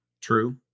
True